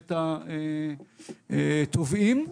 בבית התובעים.